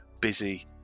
busy